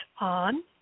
on